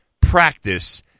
practice